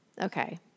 Okay